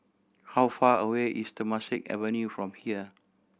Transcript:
how far away is Temasek Avenue from here